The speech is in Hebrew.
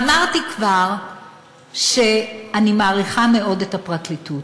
אמרתי כבר שאני מעריכה מאוד את הפרקליטות.